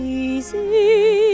easy